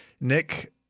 Nick